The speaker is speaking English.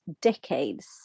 decades